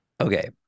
Okay